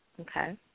Okay